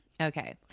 Okay